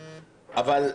אגב,